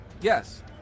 Yes